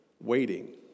waiting